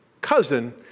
cousin